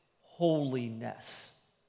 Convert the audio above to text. holiness